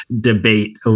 debate